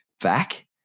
back